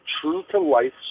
true-to-life